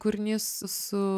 kūrinys su